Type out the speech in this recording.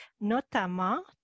notamment